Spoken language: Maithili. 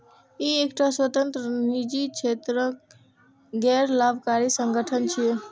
ई एकटा स्वतंत्र, निजी क्षेत्रक गैर लाभकारी संगठन छियै